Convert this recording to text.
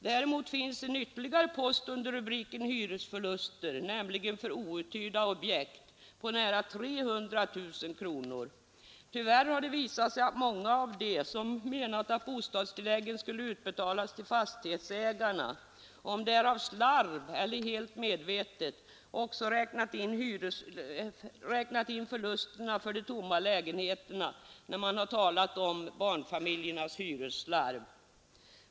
Däremot finns en ytterligare post under rubriken hyresförluster, nämligen för outhyrda objekt, på nära 300 000 kronor. Tyvärr har det visat sig att många av dem som menat att bostadstilläggen skulle utbetalas till fastighetsägarna — jag vet inte om man har gjort det av slarv eller helt medvetet — också räknat in förlusterna för de tomma lägenheterna när de talat om barnfamiljernas hyresslarv.